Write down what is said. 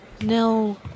No